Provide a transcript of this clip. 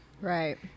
Right